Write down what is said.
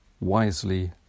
wisely